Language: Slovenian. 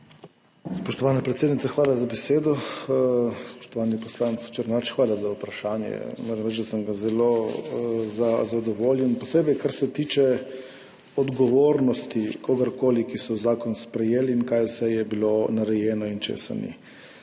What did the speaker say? Spoštovana predsednica, hvala za besedo. Spoštovani poslanec Černač, hvala za vprašanje. Moram reči, da sem ga zelo vesel, posebej kar se tiče odgovornosti tistih, ki so zakon sprejeli, in kaj vse je bilo narejeno in kaj ne.